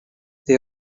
they